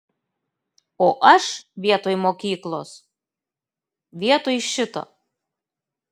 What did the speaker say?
o aš vietoj mokyklos vietoj šito